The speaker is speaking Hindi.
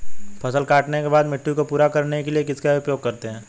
फसल काटने के बाद मिट्टी को पूरा करने के लिए किसका उपयोग करते हैं?